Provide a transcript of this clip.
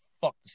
fuck